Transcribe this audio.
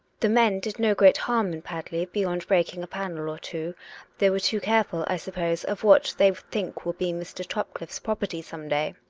the men did no great harm in padley beyond breaking a panel or two they were too careful, i suppose, of what they think will be mr. topcliffe's property some day!